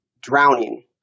drowning